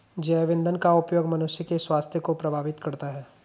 जैव ईंधन का उपयोग मनुष्य के स्वास्थ्य को प्रभावित करता है